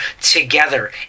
together